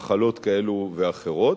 מחלות כאלה ואחרות,